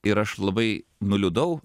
ir aš labai nuliūdau